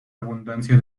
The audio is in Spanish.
abundancia